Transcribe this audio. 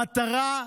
המטרה,